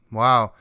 wow